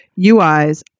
UIs